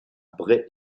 bray